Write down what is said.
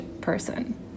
person